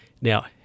now